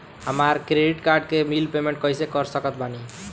हमार credit card के bill payment कइसे कर सकत बानी?